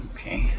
Okay